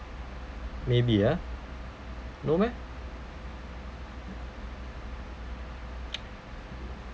maybe ah no meh